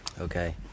Okay